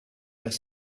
their